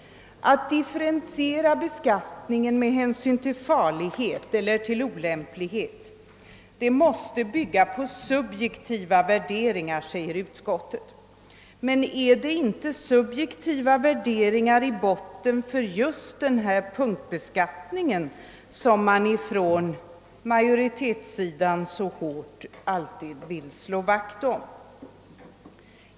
Att differentiera beskattningen med hänsyn till farlighet eller olämplighet, måste bygga på subjektiva värderingar, säger utskottet. Men det är inte subjek tiva värderingar i botten för just den beskattning som man ifrån majoritetens sida alltid så hårt vill slå vakt om?